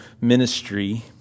ministry